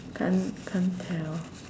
can't can't tell